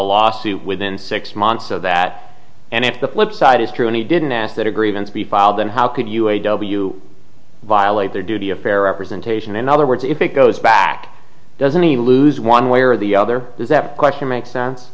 lawsuit within six months of that and if the flipside is true and he didn't ask that a grievance be filed then how could you a w violate their duty of fair representation in other words if it goes back doesn't he lose one way or the other is that question makes sense